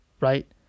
right